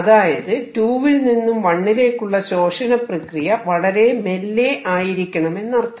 അതായത് 2 വിൽ നിന്നും 1 ലേക്കുള്ള ശോഷണ പ്രക്രിയ വളരെ മെല്ലെ ആയിരിക്കണമെന്നർത്ഥം